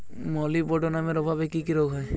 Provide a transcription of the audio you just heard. মলিবডোনামের অভাবে কি কি রোগ হয়?